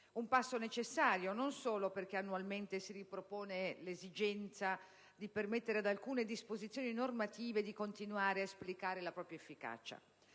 Un passo necessario, non solo perché annualmente si ripropone l'esigenza di permettere ad alcune disposizioni normative di continuare ad esplicare la propria efficace,